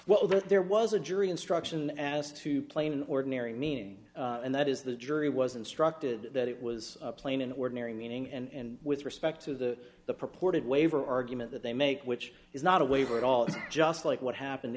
well there was a jury instruction as to plain ordinary meaning and that is the jury was instructed that it was a plain an ordinary meaning and with respect to the purported waiver argument that they make which is not a waiver at all it's just like what happened